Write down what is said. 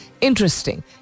interesting